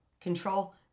control